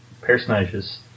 personages